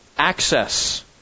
access